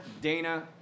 Dana